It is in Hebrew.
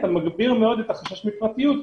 אתה מגביר מאוד את החשש לפגיעה בפרטיות,